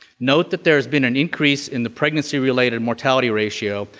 note that there has been an increase in the pregnancy-related mortality ratio,